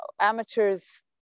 amateurs